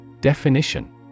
definition